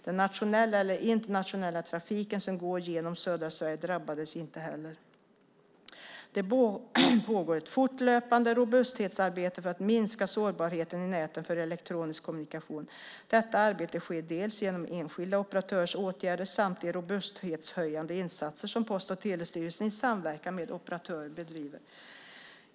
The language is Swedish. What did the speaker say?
Den nationella eller internationella trafiken som går genom södra Sverige drabbades inte heller. Det pågår ett fortlöpande robusthetsarbete för att minska sårbarheten i näten för elektronisk kommunikation. Detta arbete sker genom enskilda operatörers åtgärder samt de robusthetshöjande insatser som Post och telestyrelsen i samverkan med operatörerna bedriver.